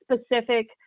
specific